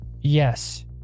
Yes